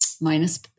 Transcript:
minus